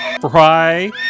fry